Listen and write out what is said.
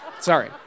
sorry